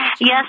yes